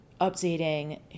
updating